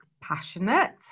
passionate